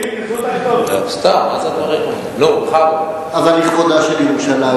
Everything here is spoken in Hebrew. אבל לכבודה של ירושלים,